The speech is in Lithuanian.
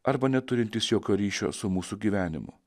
arba neturintis jokio ryšio su mūsų gyvenimu